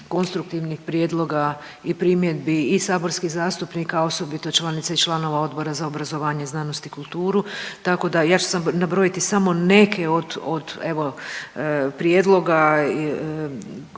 konstruktivnih prijedloga i primjedbi i saborskih zastupnika, a osobito članica i članova Odbora za obrazovanje, znanost i kulturu, tako da je ću nabrojiti samo neke od, od evo prijedloga